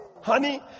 Honey